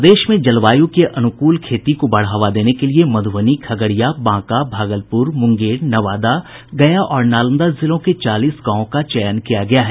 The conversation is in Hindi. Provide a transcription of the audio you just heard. प्रदेश में जलवायु के अनुकूल खेती को बढ़ावा देने के लिए मध्यबनी खगड़िया बांका भागलपुर मुंगेर नवादा गया और नालंदा जिलों के चालीस गांवों का चयन किया गया है